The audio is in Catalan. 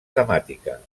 temàtica